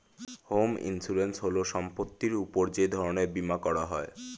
home insurance হল সম্পত্তির উপর যে ধরনের বীমা করা হয়